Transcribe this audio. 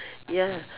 ya